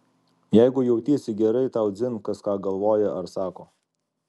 jeigu jautiesi gerai tau dzin kas ką galvoja ar sako